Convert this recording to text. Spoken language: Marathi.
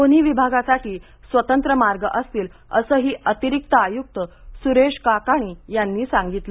दोन्ही विभागासाठी स्वतंत्र मार्ग असतील असंही अतिरिक्त आयुक्त सुरेश काकाणी यांनी सांगितलं